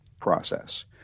process